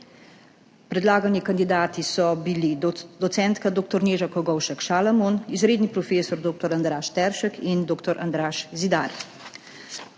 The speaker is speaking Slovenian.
Predlagani kandidati so bili docentka dr. Neža Kogovšek Šalamon, izredni profesor dr. Andraž Teršek in dr. Andraž Zidar.